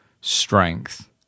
strength